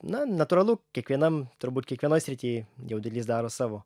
na natūralu kiekvienam turbūt kiekvienoj srityj jaudulys daro savo